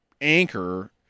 anchor